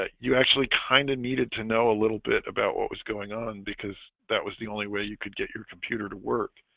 ah you actually kind of needed to know a little bit about what was going on because that was the only way you could get your computer to work